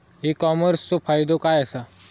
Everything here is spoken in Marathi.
ई कॉमर्सचो फायदो काय असा?